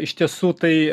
iš tiesų tai